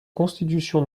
constitution